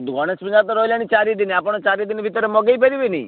ଗଣେଶ ପୂଜା ତ ରହିଲାଣି ଚାରିଦିନ ଆପଣ ଚାରିଦିନ ଭିତରେ ମଗାଇ ପାରିବେନି